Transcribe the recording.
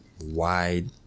wide